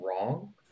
wrong